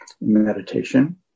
meditation